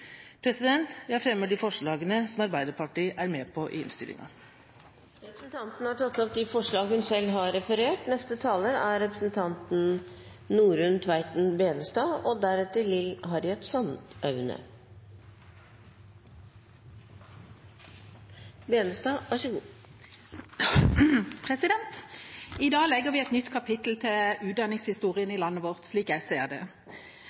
Jeg fremmer de forslagene som Arbeiderpartiet er med på i innstillinga. Representanten Tone Merete Sønsterud har tatt opp de forslagene hun refererte til. I dag legger vi et nytt kapittel til utdanningshistorien i landet vårt, slik jeg ser det. De siste 30–40 årene har vi